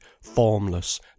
formless